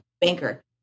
banker